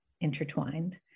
intertwined